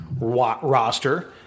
roster